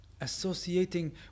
associating